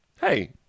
Hey